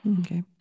Okay